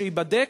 שייבדק,